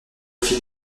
fil